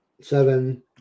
seven